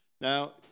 Now